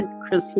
Christmas